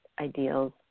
ideals